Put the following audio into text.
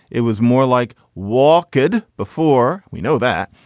it was more like walk kid before we know that.